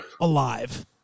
alive